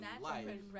life